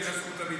לא מיצית.